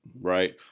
right